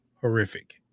horrific